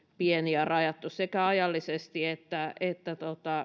pieni ja rajattu sekä ajallisesti että että